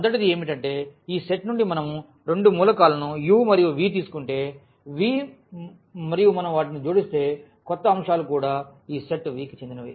మొదటిది ఏమిటంటే ఈ సెట్ నుండి మనం రెండు మూలకాలను u మరియు v తీసుకుంటే Vమరియు మనం వాటిని జోడిస్తే కొత్త అంశాలు కూడా ఈ సెట్ V కి చెందినవి